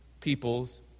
peoples